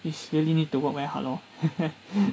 it's really need to work very hard lor